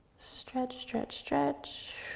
stretch, stretch, stretch,